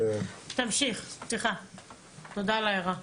תודה על ההערה.